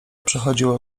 przechodziło